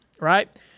right